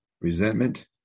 resentment